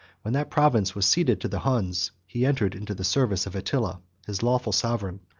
when that province was ceded to the huns, he entered into the service of attila, his lawful sovereign,